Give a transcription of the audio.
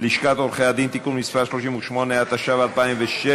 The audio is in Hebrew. לשכת עורכי-הדין (תיקון מס' 38), התשע"ו 2016,